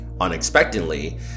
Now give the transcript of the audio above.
unexpectedly